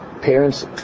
parents